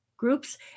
groups